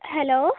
hello